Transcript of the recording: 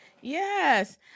Yes